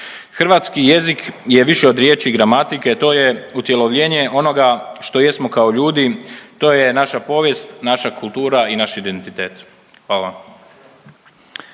Hrvatski jezik je više od riječi i gramatike, to je utjelovljenje onoga što jesmo kao ljudi, to je naša povijest, naša kultura i naš identitet. Hvala